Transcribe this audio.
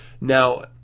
Now